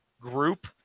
group